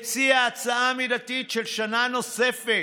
אני מציע הצעה מידתית של שנה נוספת,